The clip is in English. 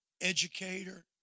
educator